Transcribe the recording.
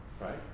right